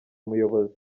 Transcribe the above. umuyobozi